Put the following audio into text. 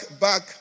back